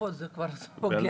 לפחות זה כבר הוגן.